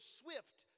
swift